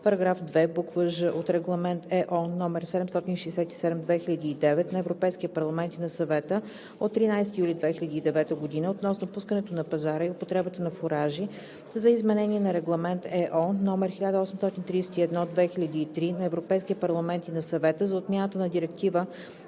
чл. 3, § 2, буква „ж“ от Регламент (ЕО) № 767/2009 на Европейския парламент и на Съвета от 13 юли 2009 г. относно пускането на пазара и употребата на фуражи, за изменение на Регламент (ЕО) № 1831/2003 на Европейския парламент и на Съвета, за отмяна на Директива